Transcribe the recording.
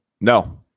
No